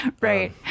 Right